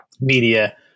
media